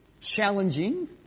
challenging